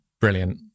brilliant